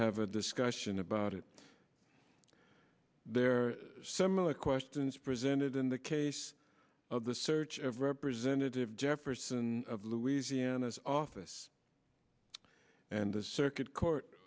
have a discussion about it there are similar questions presented in the case of the search of representative jefferson of louisiana is office and the circuit court